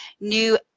new